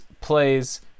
Play's